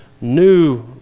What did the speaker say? new